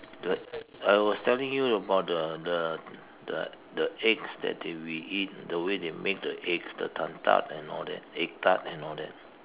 the I was telling you about the the the the eggs that we eat the way they make the eggs the dan-tat and all that egg tart and all that